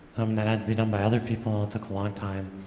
um that had to be done by other people. it took a long time.